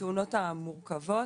בתאונות המורכבות,